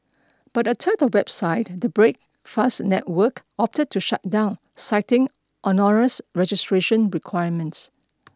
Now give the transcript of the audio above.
but a third website the Breakfast Network opted to shut down citing onerous registration requirements